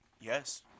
Yes